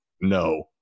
no